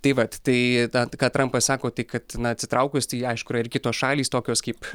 tai vat tai tą ką trampas sako tai kad na atsitraukus tai aišku yra ir kitos šalys tokios kaip